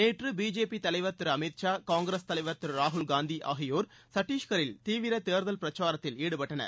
நேற்று பிஜேபி தலைவர் திரு அமித்ஷா காங்கிரஸ் தலைவர் திரு ராகுல்காந்தி ஆகியோர் சத்திஷ்கரில் தீவிர தேர்தல் பிரச்சாரத்தில் ஈடுபட்டனர்